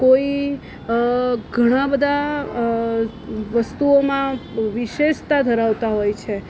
કોઈ ઘણા બધા વસ્તુઓમાં વિશેષતા ધરાવતા હોય છે